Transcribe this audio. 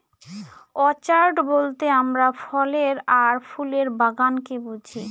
orchard বলতে আমরা ফলের আর ফুলের বাগানকে বুঝি